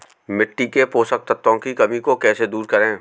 मिट्टी के पोषक तत्वों की कमी को कैसे दूर करें?